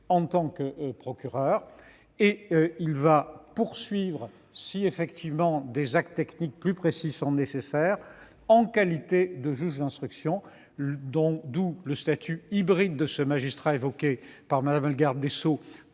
en tant que procureur et le poursuivra, si des actes techniques plus précis sont nécessaires, en qualité de juge d'instruction, d'où le statut hybride, évoqué par Mme la garde des sceaux,